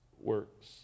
works